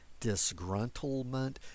disgruntlement